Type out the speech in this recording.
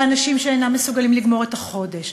לאנשים שאינם מסוגלים לגמור את החודש,